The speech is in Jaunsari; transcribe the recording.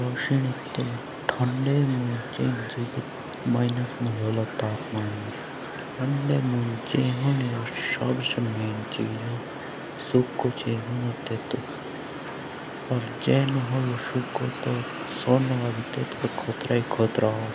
लाँसनिक तो ठंडे मुँज चऐयी जऐके भुता ठंडा होला।